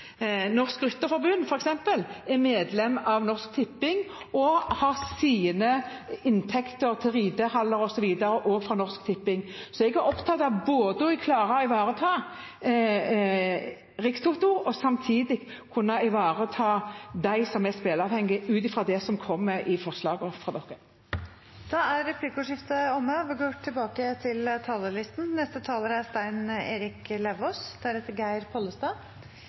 er medlem av Norsk Tipping, og de har også sine inntekter til ridehaller osv. fra Norsk Tipping. Så jeg er opptatt av både å klare å ivareta Norsk Rikstoto og samtidig kunne ivareta dem som er spillavhengige, ut fra det som kommer i forslaget fra flertallet. Replikkordskiftet er omme.